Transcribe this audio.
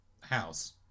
house